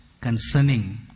concerning